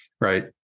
right